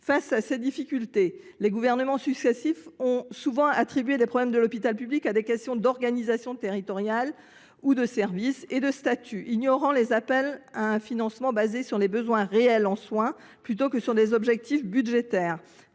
Face à ces difficultés, les gouvernements successifs ont souvent attribué les problèmes de l’hôpital public à des questions de statuts et d’organisation territoriale ou des services, ignorant les appels à un financement basé sur les besoins réels en soins plutôt que sur des objectifs budgétaires.